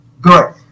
good